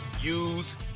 use